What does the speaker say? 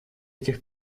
этих